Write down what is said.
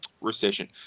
recession